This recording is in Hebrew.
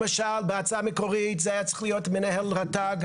למשל בהצעה המקורית זה היה צריך להיות מנהל רט"ג,